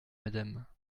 madame